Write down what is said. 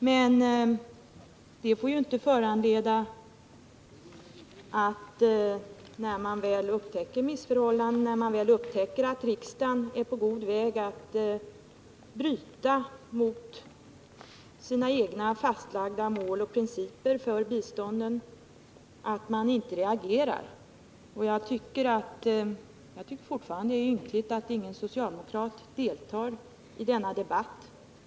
Men det får ju inte föranleda att man inte reagerar när man väl upptäcker missförhållanden — att riksdagen är på god väg att bryta mot sina egna fastlagda mål och principer för bistånden. Jag tycker fortfarande det är ynkligt att ingen socialdemokrat deltar i denna debatt.